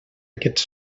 aquests